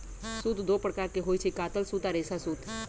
सूत दो प्रकार के होई छई, कातल सूत आ रेशा सूत